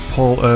Paul